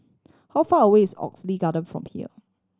how far away is Oxley Garden from here